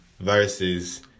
Versus